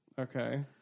Okay